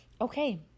okay